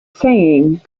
saying